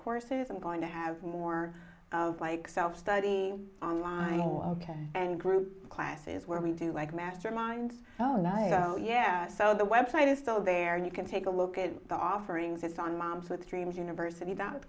courses i'm going to have more of like self study online all ok and group classes where we do like mastermind oh night yeah so the website is still there and you can take a look at the offerings it's on moms with dreams university